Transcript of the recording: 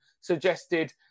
suggested